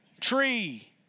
tree